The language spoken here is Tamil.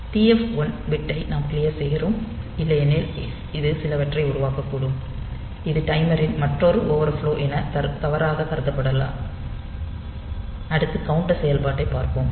TF 1 பிட்டை நாம் க்ளியர் செய்கிறோம் இல்லையெனில் இது சிலவற்றை உருவாக்கக்கூடும் இது டைமரின் மற்றொரு ஓவர்ஃப்லோ என தவறாக கருதப்படலாம் அடுத்து கவுண்டர் செயல்பாட்டைப் பார்ப்போம்